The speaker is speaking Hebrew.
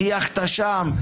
טייחת שם,